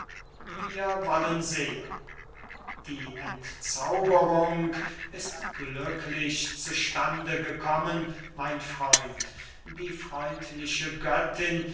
wir wollen sehen die entzauberung ist glücklich zu stande gekommen mein freund die freundliche göttin